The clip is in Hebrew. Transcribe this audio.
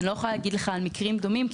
אני לא יכולה להגיד לך על מקרים דומים,